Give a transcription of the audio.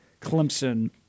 Clemson